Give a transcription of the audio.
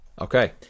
Okay